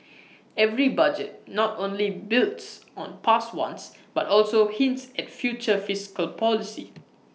every budget not only builds on past ones but also hints at future fiscal policy